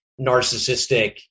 narcissistic